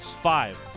Five